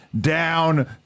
down